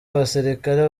abasirikare